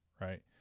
right